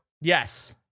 yes